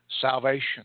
salvation